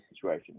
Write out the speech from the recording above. situation